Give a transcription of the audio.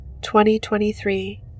2023